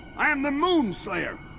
i am the moon slayer.